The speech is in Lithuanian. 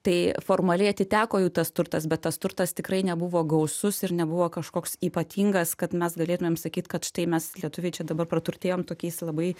tai formaliai atiteko jų tas turtas bet tas turtas tikrai nebuvo gausus ir nebuvo kažkoks ypatingas kad mes galėtumėm sakyt kad štai mes lietuviai čia dabar praturtėjom tokiais labai